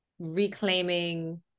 reclaiming